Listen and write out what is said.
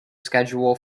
schedule